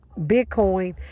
bitcoin